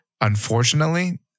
unfortunately